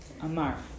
Amar